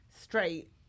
straight